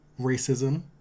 racism